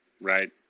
right